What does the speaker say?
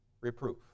reproof